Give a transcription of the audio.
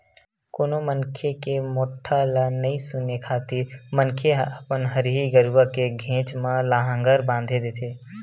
कोनो मनखे के मोठ्ठा ल नइ सुने खातिर मनखे ह अपन हरही गरुवा के घेंच म लांहगर बांधे देथे